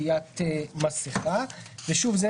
עטיית המסכה." שוב אני